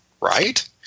Right